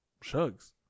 Shug's